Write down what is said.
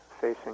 facing